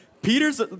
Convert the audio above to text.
Peter's